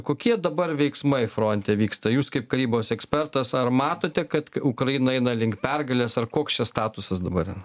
kokie dabar veiksmai fronte vyksta jūs kaip karybos ekspertas ar matote kad ukraina eina link pergalės ar koks čia statusas dabar yra